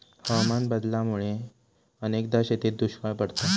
हवामान बदलामुळा अनेकदा शेतीत दुष्काळ पडता